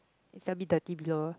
is a bit dirty below